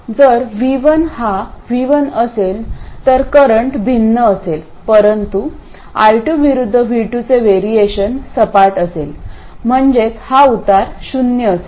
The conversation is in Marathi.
जर V1 हा V1 असेल तर करंट भिन्न असेल परंतु I2 विरुद्ध V2 चे वरिएशन सपाट असेल म्हणजेच हा उतार शून्य असेल